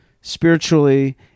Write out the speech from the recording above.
spiritually